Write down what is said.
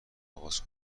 آغاز